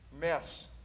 mess